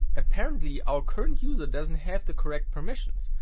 apparently our current user doesn't have the correct permissions.